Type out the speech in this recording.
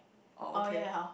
oh okay